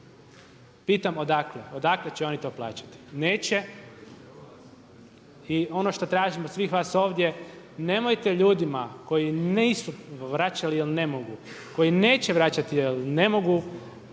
Pitam odakle, odakle će oni to plaćati? Neće. I ono što tražim od svih vas ovdje, nemojte ljudima koji nisu vraćali jer ne mogu, koji neće vraćati jel ne mogu